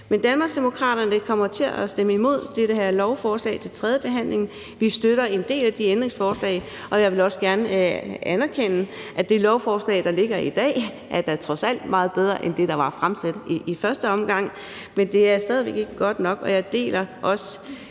Danmarksdemokraterne kommer til at stemme imod det her lovforslag til tredjebehandlingen. Vi støtter en del af ændringsforslagene, og jeg vil også gerne anerkende, at det lovforslag, der ligger i dag, trods alt er meget bedre end det, der var fremsat i første omgang, men det er stadig væk ikke godt nok, og jeg deler også